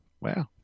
Wow